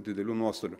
didelių nuostolių